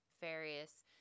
various